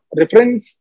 reference